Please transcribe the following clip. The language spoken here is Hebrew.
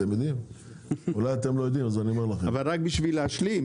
רק בשביל להשלים,